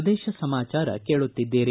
ಪ್ರದೇಶ ಸಮಾಚಾರ ಕೇಳುತ್ತಿದ್ದೀರಿ